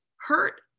hurt